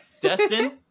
Destin